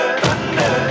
thunder